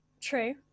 True